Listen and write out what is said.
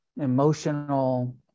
emotional